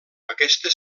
aquesta